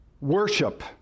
worship